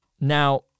Now